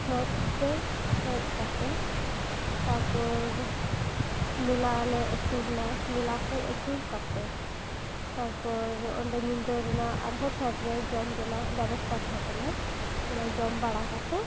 ᱯᱷᱮᱰ ᱛᱮ ᱦᱮᱡ ᱠᱟᱛᱮᱜ ᱛᱟᱨ ᱯᱚᱨ ᱢᱮᱞᱟ ᱞᱮ ᱟᱹᱪᱩᱨ ᱮᱱᱟ ᱢᱮᱞᱟ ᱠᱚ ᱟᱹᱪᱩᱨ ᱠᱟᱛᱮᱫ ᱛᱟᱨ ᱯᱚᱨ ᱚᱸᱰᱮ ᱧᱤᱫᱟᱹ ᱨᱮᱱᱟᱜ ᱟᱨ ᱦᱚᱸ ᱯᱷᱮᱰ ᱨᱮᱱᱟᱜ ᱡᱚᱢ ᱨᱮᱱᱟᱜ ᱵᱮᱵᱚᱥᱛᱟ ᱛᱟᱦᱮᱸ ᱠᱟᱱᱟ ᱛᱚ ᱡᱚᱢ ᱵᱟᱲᱟ ᱠᱟᱛᱮᱫ